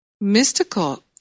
Mystical